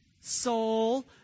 soul